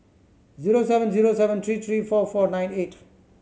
zero seven zero seven three three four four nine eight